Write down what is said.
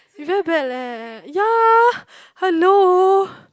you very bad leh ya hello